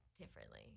differently